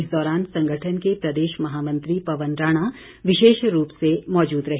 इस दौरान संगठन के प्रदेश महामंत्री पवन राणा विशेष रूप से मौजूद रहे